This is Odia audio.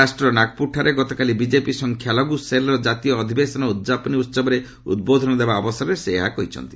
ମହାରାଷ୍ଟ୍ରର ନାଗପୁରଠାରେ ଗତକାଲି ବିଜେପି ସଂଖ୍ୟା ଲଘ୍ର ସେଲ୍ର ଜାତୀୟ ଅଧିବେଶନର ଉଦ୍ଯାପନୀ ଉତ୍ସବରେ ଉଦ୍ବୋଧନ ଦେବା ଅବସରରେ ସେ ଏହା କହିଛନ୍ତି